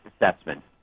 assessment